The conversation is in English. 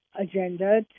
agenda